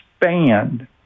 expand